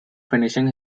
finishing